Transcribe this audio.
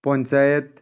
panchayat